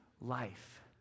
life